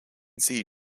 see